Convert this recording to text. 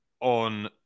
on